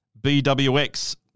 BWX